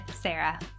Sarah